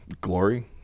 Glory